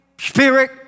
spirit